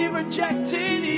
rejected